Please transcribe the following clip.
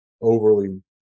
overly